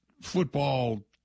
football